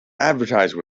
advertise